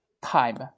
time